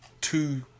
two